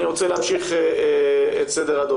אני רוצה להמשיך את סדר-הדוברים.